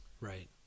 right